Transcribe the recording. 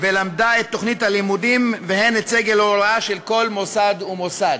הן את תוכנית הלימודים והן את סגל ההוראה של כל מוסד ומוסד.